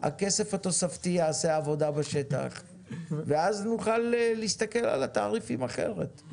הכסף התוספתי יעשה עבודה בשטח ואז נוכל להסתכל על התעריפים אחרת.